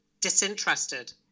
disinterested